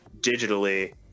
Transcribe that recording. digitally